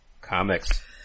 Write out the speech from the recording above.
comics